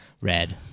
Red